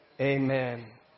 Amen